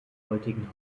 heutigen